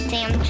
Sam